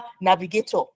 navigator